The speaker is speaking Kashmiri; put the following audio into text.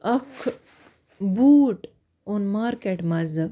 اکھ ٲں بوٗٹھ اوٚن مارکیٚٹ منٛزٕ